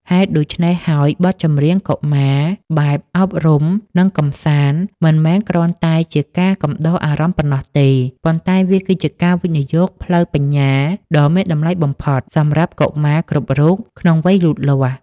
ហេតុដូច្នេះហើយ បទចម្រៀងកុមារបែបអប់រំ និងកម្សាន្ត មិនមែនគ្រាន់តែជាការកំដរអារម្មណ៍ប៉ុណ្ណោះទេ ប៉ុន្តែវាគឺជាវិនិយោគផ្លូវបញ្ញាដ៏មានតម្លៃបំផុតសម្រាប់កុមារគ្រប់រូបក្នុងវ័យលូតលាស់